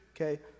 okay